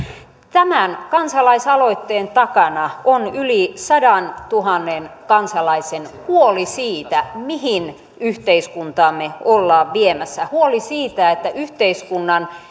tämän kansalaisaloitteen takana on yli sadantuhannen kansalaisen huoli siitä mihin yhteiskuntaamme ollaan viemässä huoli siitä että yhteiskunnan